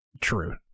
True